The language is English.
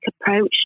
approach